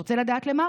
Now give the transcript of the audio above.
רוצה לדעת למה?